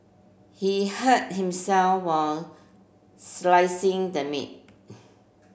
he hurt himself while slicing the meat